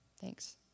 thanks